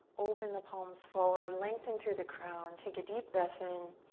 open the palms forward. lengthen through the crown. take a deep breath in.